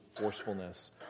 forcefulness